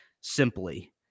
simply